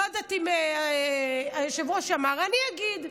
אני לא יודעת אם היושב-ראש אמר, אני אגיד: